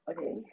Okay